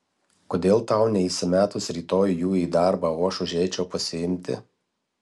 kodėl tau neįsimetus rytoj jų į darbą o aš užeičiau pasiimti